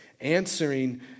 answering